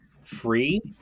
free